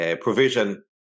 provision